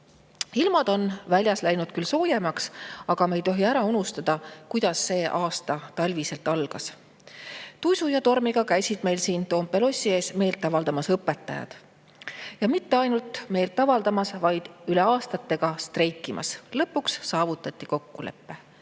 on väljas läinud küll soojemaks, aga me ei tohi ära unustada, kuidas see aasta talviselt algas. Tuisu ja tormiga käisid siin Toompea lossi ees meelt avaldamas õpetajad, ja mitte ainult meelt avaldamas, vaid üle aastate ka streikimas. Lõpuks saavutati kokkulepe